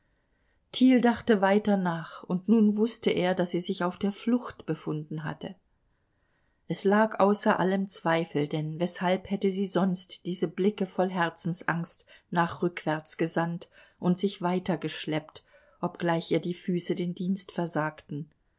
dachte weiter nach und nun wußte er daß sie sich auf der flucht befunden hatte es lag außer allem zweifel denn weshalb hätte sie sonst diese blicke voll herzensangst nach rückwärts gesandt und sich weiter geschleppt obgleich ihr die füße den dienst versagten